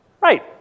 Right